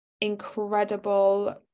incredible